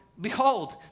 behold